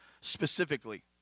specifically